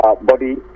body